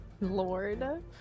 Lord